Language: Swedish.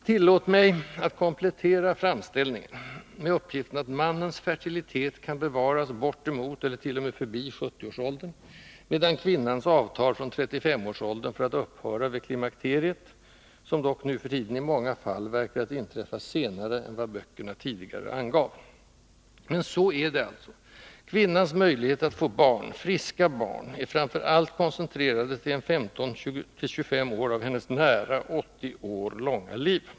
Tillåt mig att komplettera framställningen med uppgiften att mannens fertilitet kan bevaras bortemot eller t.o.m. förbi 70-årsåldern, medan kvinnans avtar från 35-årsåldern för att upphöra vid klimakteriet, som dock nu för tiden i många fall verkar att inträffa senare än vad böckerna tidigare angav. Men så är det alltså: kvinnans möjligheter att få barn, friska barn, är framför allt koncentrerade till 15-25 år av hennes nära 80 år långa liv.